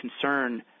concern